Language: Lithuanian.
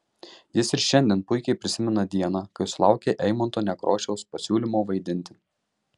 jis ir šiandien puikiai prisimena dieną kai sulaukė eimunto nekrošiaus pasiūlymo vaidinti